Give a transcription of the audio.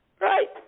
Right